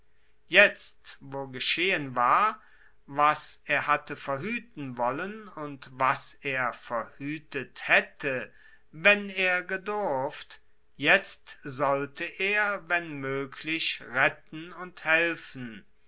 jetzt wo geschehen war was er hatte verhueten wollen und was er verhuetet haette wenn er gedurft jetzt sollte er wenn moeglich retten und helfen